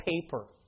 paper